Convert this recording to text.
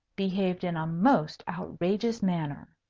behaved in a most outrageous manner.